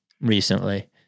recently